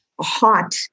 hot